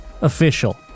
official